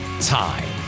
time